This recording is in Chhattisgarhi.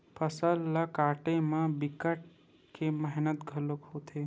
फसल ल काटे म बिकट के मेहनत घलोक होथे